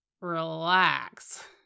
relax